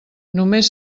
només